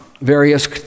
Various